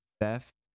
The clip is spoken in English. theft